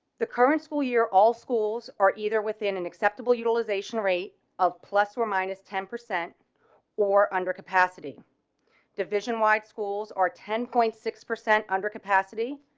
the current school year all schools are either within an acceptable utilization rate of plus or minus ten percent or under capacity division wide schools are ten point six percent under capacity,